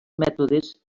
mètodes